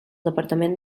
departament